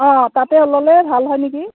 অঁ তাতেও ল'লে ভাল হয় নেকি